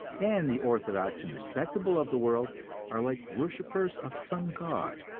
and the orthodox and respectable of the world are like worshippers of some god,